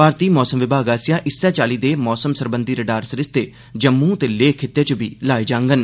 भारती मौसम विभाग आसेआ इस्सै चाल्ली दे मौसम सरबंधी रडार सरिस्ते जम्मू ते लेह खित्तें च बी लाए जाङन